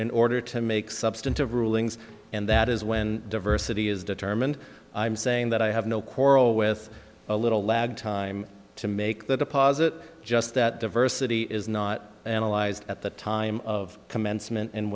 in order to make substantive rulings and that is when diversity is determined i'm saying that i have no quarrel with a little lag time to make the deposit just that diversity is not analyzed at the time of commencement and